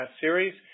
series